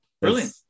Brilliant